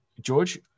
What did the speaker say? George